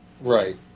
Right